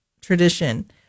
tradition